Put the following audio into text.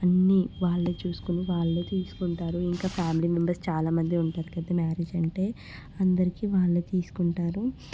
అన్ని వాళ్ళే చూసుకొని వాళ్ళే చూసుకుంటారు ఇంకా ఫ్యామిలీ మెంబర్స్ చాలా మంది ఉంటారు కదా మ్యారేజ్ అంటే అందరికీ వాళ్ళే తీసుకుంటారు